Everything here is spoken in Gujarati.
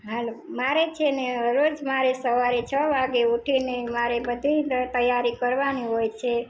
હલો મારે છે ને રોજ મારે સવારે છ વાગે ઉઠીને મારે બધી તૈયારી કરવાની હોય છે